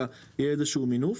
אלא יהיה איזשהו מינוף.